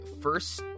first